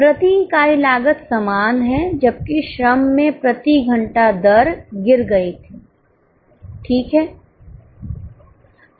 प्रति इकाई लागत समान है जबकि श्रम में प्रति घंटा दर गिर गई थी ठीक है